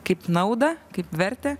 kaip naudą kaip vertę